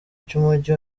cy’umujyi